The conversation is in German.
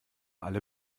alle